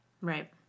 Right